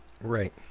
Right